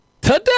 today